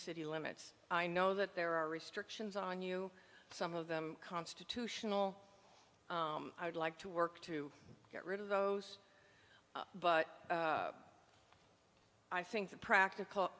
city limits i know that there are restrictions on you some of them constitutional i would like to work to get rid of those but i think the practical